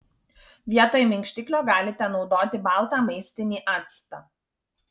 vietoj minkštiklio galite naudoti baltą maistinį actą